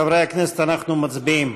חברי הכנסת, אנחנו מצביעים.